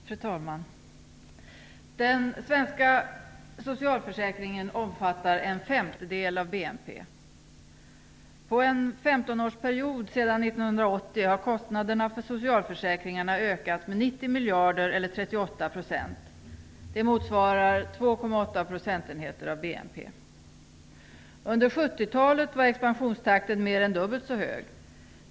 Fru talman! Den svenska socialförsäkringen omfattar en femtedel av BNP. Under en 15-årsperiod sedan 1980 har kostnaderna för socialförsäkringarna ökat med 90 miljarder kronor, eller 38 %. Det motsvarar 2,8 procentenheter av BNP. Under 70-talet var expansionstakten mer än dubbelt så hög.